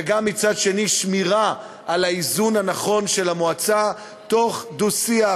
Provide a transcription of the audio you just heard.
וגם מצד שני לשמור על האיזון הנכון של המועצה תוך דו-שיח